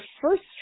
first